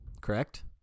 Correct